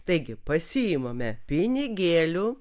taigi pasiimame pinigėlių